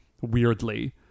weirdly